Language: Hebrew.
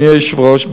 אדוני היושב-ראש,